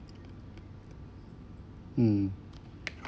mm